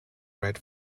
ride